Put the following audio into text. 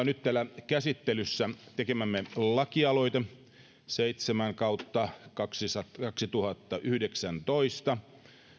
nyt täällä käsittelyssä tekemämme lakialoite seitsemän kautta kaksituhattayhdeksäntoista